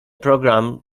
program